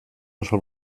oso